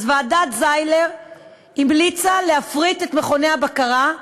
אז ועדת זיילר המליצה להפריט את מכוני הבקרה,